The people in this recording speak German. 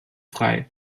frei